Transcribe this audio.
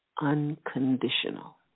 unconditional